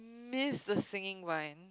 miss the singing line